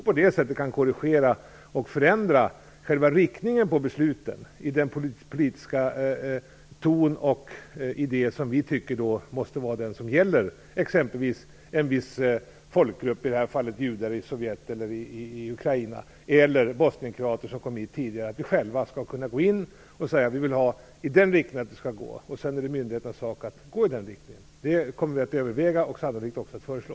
På det sättet kan man korrigera och förändra riktningen på besluten till den politiska ton och idé som vi tycker skall vara det som gäller exempelvis en viss folkgrupp, i det här fallet judar i f.d. Sovjet och i Ukraina eller bosnienkroater som kom hit tidigare. Vi skall själva kunna gå in och tala om i vilken riktning det skall gå, och sedan är det myndigheternas sak att gå i den riktningen. Det kommer regeringen att överväga och sannolikt också att föreslå.